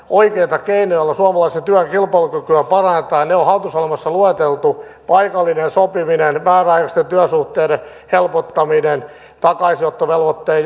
oikeita keinoja joilla suomalaisen työn kilpailukykyä parannetaan ja ne on hallitusohjelmassa lueteltu paikallinen sopiminen määräaikaisten työsuhteiden helpottaminen takaisinottovelvoitteen